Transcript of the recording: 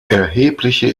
erhebliche